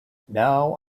now